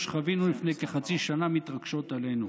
שחווינו לפני כחצי שנה מתרגשות עלינו.